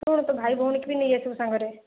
ହଁ ତୋର ଭାଇ ଭଉଣୀଙ୍କୁ ବି ନେଇଆସିଥବୁ ସାଙ୍ଗରେ